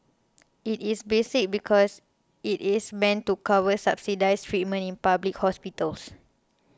it is basic because it is meant to cover subsidised treatment in public hospitals